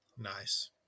Nice